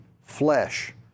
flesh